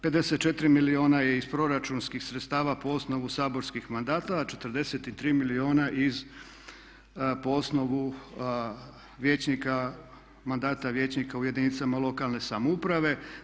54 milijuna je iz proračunskih sredstava po osnovu saborskih mandata, a 43 milijuna po osnovu vijećnika, mandata vijećnika u jedinicama lokalne samouprave.